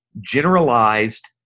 generalized